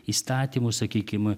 įstatymų sakykim